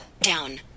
Down